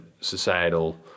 societal